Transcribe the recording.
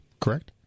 Correct